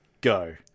go